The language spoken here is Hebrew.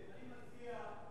אני מציע,